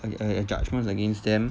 a a judgement against them